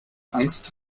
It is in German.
angst